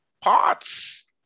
parts